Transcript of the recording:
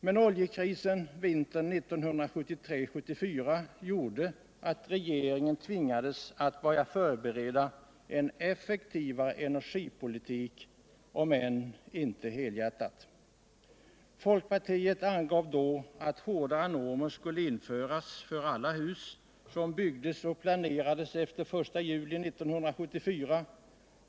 Men oljekrisen vintern 1973-1974 gjorde att regeringen tvingades att börja förbereda en effektivare energipolitik, om än inte helhjärtat. Folkpartiet föreslog då att hårdare normer skulle införas för alla hus som planeras och byggs efter den 1 juli 1974.